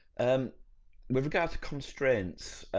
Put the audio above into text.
and with regard to constraints,